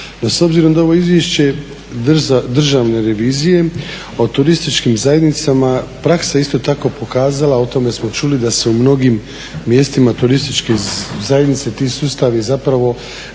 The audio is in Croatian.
s obzirom da ovo izvješće Državne revizije o turističkim zajednicama praksa je isto tako pokazala, o tome smo čuli da se u mnogim mjestima turističke zajednice ti sustavi zapravo